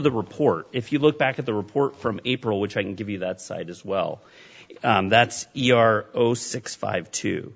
the report if you look back at the report from april which i can give you that side as well that's zero six five two